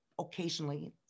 occasionally